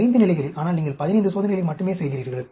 5 நிலைகளில் ஆனால் நீங்கள் 15 சோதனைகளை மட்டுமே செய்கிறீர்கள்